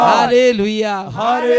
Hallelujah